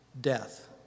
death